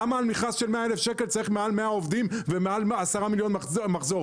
למה על מכרז של 100,000 שקל צריך מעל 100 עובדים ומעל 10 מיליון מחזור?